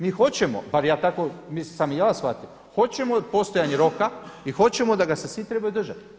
Mi hoćemo, bar tako sam i ja shvatio, hoćemo postojanje roka i hoćemo da ga se svi trebaju držati.